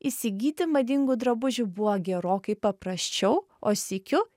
įsigyti madingų drabužių buvo gerokai paprasčiau o sykiu